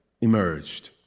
emerged